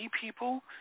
people